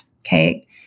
Okay